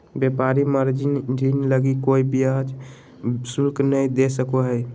व्यापारी मार्जिन ऋण लगी कोय ब्याज शुल्क नय दे सको हइ